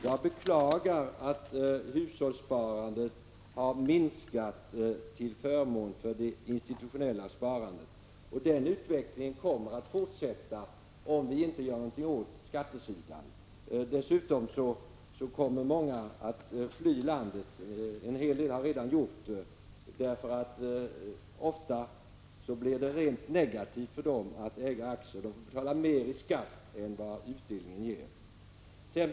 Jag beklagar att hushållssparandet har minskat till förmån för det institutionella sparandet, och den utvecklingen kommer att fortsätta om vi inte gör något åt skattereglerna. Dessutom kommer många att fly landet — en hel del har redan gjort det — därför att det för dem blir rent negativt att äga aktier: de får betala mer i skatt än vad som motsvarar utdelningen.